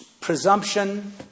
presumption